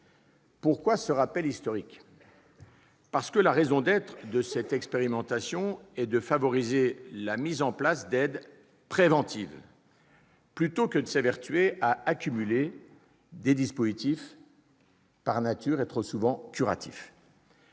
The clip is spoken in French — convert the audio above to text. Pourquoi ce rappel historique ? La raison d'être de cette expérimentation est de favoriser la mise en place d'aides préventives plutôt que de s'évertuer à accumuler les dispositifs par nature et trop souvent curatifs.